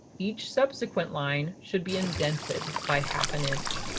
each subsequent line should be indented by half an inch.